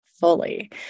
fully